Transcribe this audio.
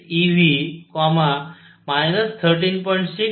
6 eV 13